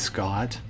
Scott